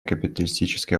капиталистическое